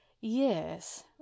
Yes